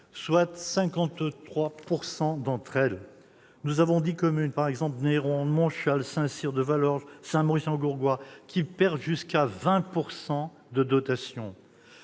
soit 53 % d'entre elles. Nous avons dix communes- par exemple Néronde, Montchal, Saint-Cyr-de-Valorges, Saint-Maurice-en Gourgois -qui perdent jusqu'à 20 % de dotations.